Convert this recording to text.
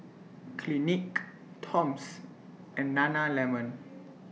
Clinique Toms and Nana Lemon